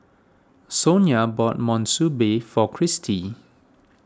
Sonja bought Monsunabe for Kristie